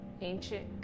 ancient